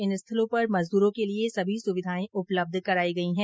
इन स्थलों पर मजदूरों के लिए सभी सुविधाएं उपलब्ध कराई गई है